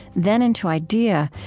then into idea,